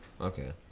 Okay